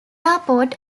airport